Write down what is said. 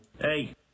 Hey